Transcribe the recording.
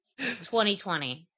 2020